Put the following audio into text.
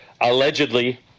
allegedly